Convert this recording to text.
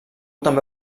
també